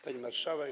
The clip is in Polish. Pani Marszałek!